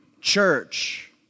church